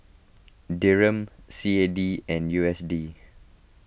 Dirham C A D and U S D